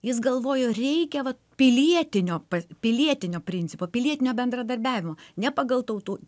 jis galvojo reikia vat pilietinio pa pilietinio principo pilietinio bendradarbiavimo ne pagal tautų